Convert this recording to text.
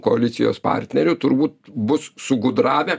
koalicijos partnerių turbūt bus sugudravę